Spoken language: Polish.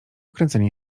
kręcenie